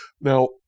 Now